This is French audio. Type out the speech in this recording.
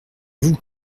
vous